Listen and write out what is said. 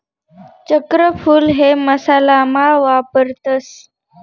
चक्रफूल हे मसाला मा वापरतस